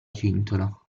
cintola